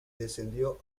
descendió